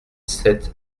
sept